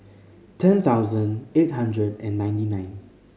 ten thousand eight hundred and ninety nine